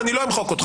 ואני לא אמחוק אותך.